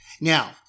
Now